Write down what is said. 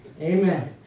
Amen